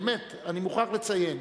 אני באמת מוכרח לציין,